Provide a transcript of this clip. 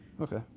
okay